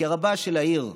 כרבה של העיר.